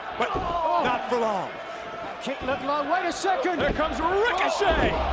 but not for long. keeping up long, wait a second. here comes ricochet!